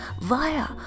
via